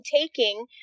taking